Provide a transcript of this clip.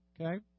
Okay